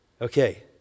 okay